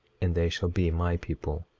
and they shall be my people.